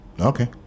Okay